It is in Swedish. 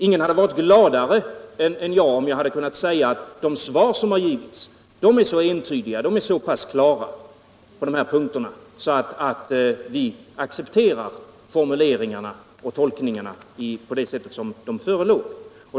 Ingen hade varit gladare än jag om jag hade kunnat säga att de svar som har givits är så entydiga och klara på dessa punkter att vi accepterar formuleringarna och tolkningarna på det sätt som de föreligger.